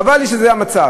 חבל לי שזה המצב,